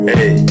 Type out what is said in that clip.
Hey